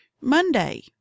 Monday